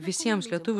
visiems lietuvių